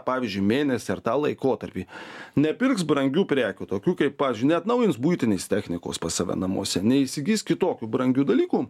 pavyzdžiui mėnesį ar tą laikotarpį nepirks brangių prekių tokių kaip pavyzdžiui neatnaujins buitinės technikos pas save namuose neįsigis kitokių brangių dalykų